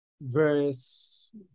verse